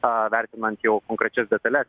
a vertinant jau konkrečias detales